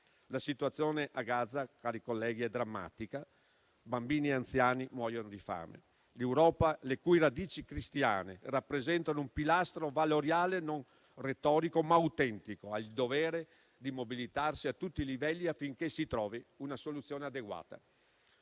La situazione a Gaza, colleghi, è drammatica: bambini e anziani muoiono di fame. L'Europa, le cui radici cristiane rappresentano un pilastro valoriale non retorico ma autentico, ha il dovere di mobilitarsi a tutti i livelli affinché si trovi una soluzione adeguata.